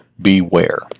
Beware